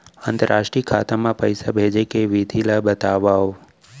अंतरराष्ट्रीय खाता मा पइसा भेजे के विधि ला बतावव?